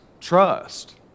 trust